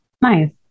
nice